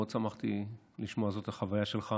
מאוד שמחתי לשמוע שזאת החוויה שלך